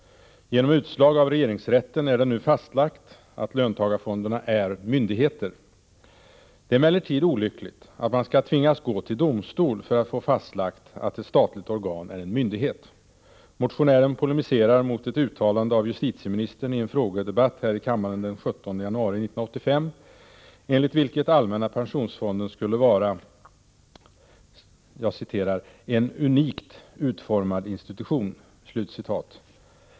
Genom utslag av regeringsrätten är det nu fastlagt ”att löntagarfonderna är myndigheter”. Det är emellertid olyckligt att man skall tvingas gå till domstol för att få fastlagt att ett statligt organ är en myndighet. Motionären polemiserar mot ett uttalande av justitieministern i en frågedebatt här i kammaren den 17 januari 1985 — enligt vilket allmänna pensionsfonden skulle vara ”en unikt utformad institution”.